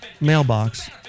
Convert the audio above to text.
mailbox